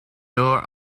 door